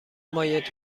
مایع